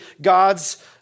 God's